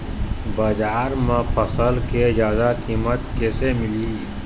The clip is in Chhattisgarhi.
बजार म फसल के जादा कीमत कैसे मिलही?